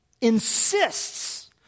insists